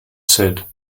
said